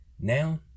Now